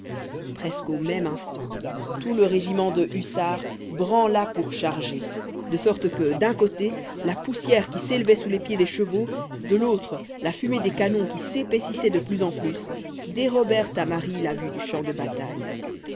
presque au même instant tout le régiment le hussards branla pour charger de sorte que d'un côté la poussière qui s'élevait sous les pieds des chevaux de l'autre la fumée des canons qui s'épaississait de plus en plus dérobèrent à marie la vue du champ de bataille